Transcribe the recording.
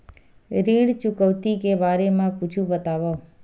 ऋण चुकौती के बारे मा कुछु बतावव?